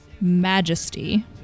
Majesty